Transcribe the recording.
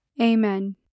Amen